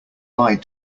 lied